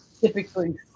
typically